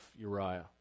Uriah